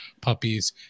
puppies